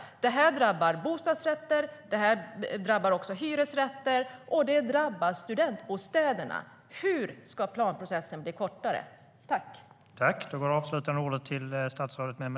Det här drabbar bostadsrätter. Det drabbar hyresrätter, och det drabbar studentbostäderna. Hur ska planprocessen bli kortare?